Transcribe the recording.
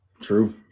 True